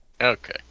Okay